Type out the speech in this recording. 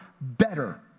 better